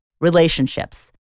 relationships